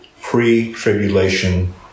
pre-tribulation